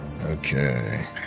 Okay